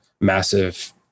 massive